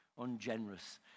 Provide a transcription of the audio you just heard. ungenerous